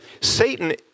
Satan